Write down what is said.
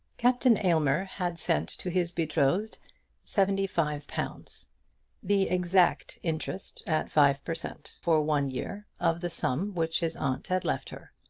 captain aylmer had sent to his betrothed seventy-five pounds the exact interest at five per cent. for one year of the sum which his aunt had left her.